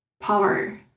Power